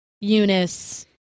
Eunice